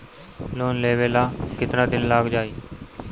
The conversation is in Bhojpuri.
लोन लेबे ला कितना दिन लाग जाई?